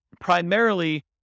primarily